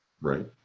Right